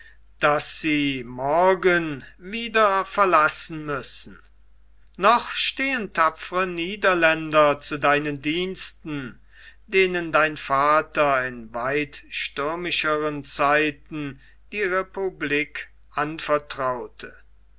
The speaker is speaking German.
das sie morgen wieder verlassen müssen noch stehen tapfere niederländer zu deinen diensten denen dein vater in weit stürmischeren zeiten die republik anvertraute